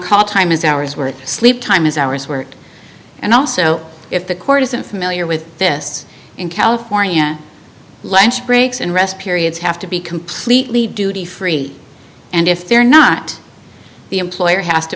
call time is hours worth sleep time is hours worked and also if the court isn't familiar with this in california law breaks and rest periods have to be completely duty free and if they're not the employer has to